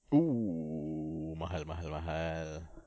oo mahal mahal mahal